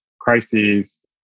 crises